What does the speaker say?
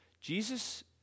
Jesus